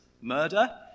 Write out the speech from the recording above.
murder